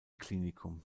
klinikum